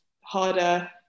harder